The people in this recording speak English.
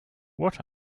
what